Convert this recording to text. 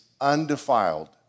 undefiled